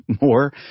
more